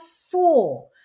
four